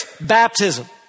baptism